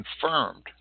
confirmed